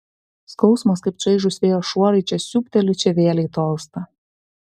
skausmas kaip čaižūs vėjo šuorai čia siūbteli čia vėlei tolsta